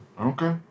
Okay